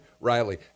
Riley